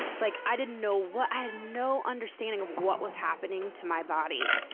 like i didn't know what i had no understanding of what was happening to my body,